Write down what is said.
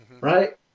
Right